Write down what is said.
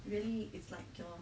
really it's like your